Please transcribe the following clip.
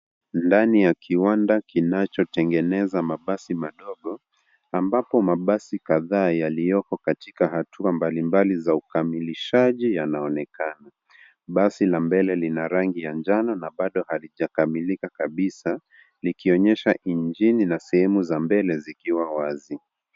Ndani ya kiwanda kinachotengeneza mabasi madogo, ambapo mabasi kadhaa yaliyoko katika hatua mbali mbali za ukamilishaji yanaonekana. Basi la mbele lina rangi ya njano na bado halijakamilika kabisa likionyesha injini na sehemu za mbele zikiwa wazi.